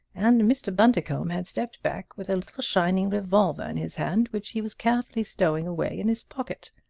and mr. bundercombe had stepped back with a little shining revolver in his hand which he was carefully stowing away in his pocket.